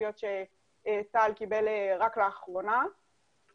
גם לא ברור מהדיון כאן האם נכון לכלול רק את החיילים הבודדים,